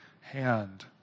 hand